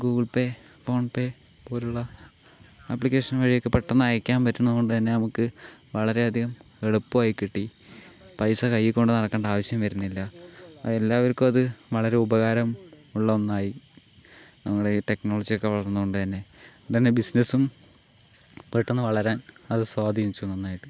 Google Pay PhonePe പോലുള്ള application വഴി ഒക്കെ പെട്ടെന്ന് അയക്കാൻ പറ്റുന്നതുകൊണ്ട് തന്നെ നമുക്ക് വളരെ അധികം എളുപ്പമായി കിട്ടി പൈസ കയ്യിൽ കൊണ്ട് നടക്കേണ്ട ആവശ്യം വരുന്നില്ല അത് എല്ലാവർക്കും അത് വളരെ ഉപകരം ഉള്ള ഒന്നായി നമ്മളെ ഈ ടെക്നോളജി ഒക്കെ വളർന്നതുകൊണ്ട് തന്നെ ഇതുതന്നെ ബിസിനസ്സും പെട്ടെന്ന് വളരാൻ അതു സ്വാധീനിച്ചു നന്നായിട്ട്